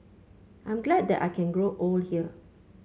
I'm glad that I can grow old here